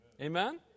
Amen